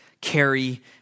carry